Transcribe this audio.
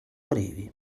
brevi